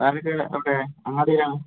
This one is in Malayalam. ബാക്കിയുള്ള സ്ഥലത്ത് അങ്ങോട്ട് ചെയ്യാം